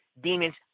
demons